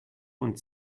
und